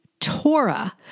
Torah